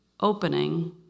opening